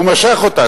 הוא משך אותה.